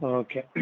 okay